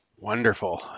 Wonderful